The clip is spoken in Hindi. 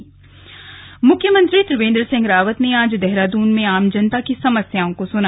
जनता दरबार मुख्यमंत्री त्रिवेंद्र सिंह रावत ने देहरादून में आज आम जनता की समस्याओं को सुना